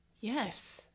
Yes